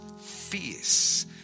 fierce